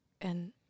and-